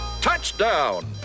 Touchdown